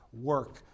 work